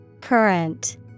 Current